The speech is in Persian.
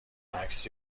عکس